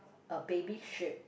a baby sheep